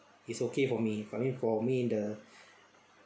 is okay for me for me for me the